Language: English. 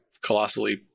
colossally